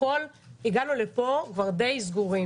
הגענו לפה כבר די סגורים.